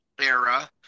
era